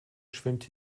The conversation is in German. schwimmt